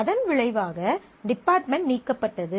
அதன் விளைவாக டிபார்ட்மென்ட் நீக்கப்பட்டது